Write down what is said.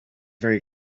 very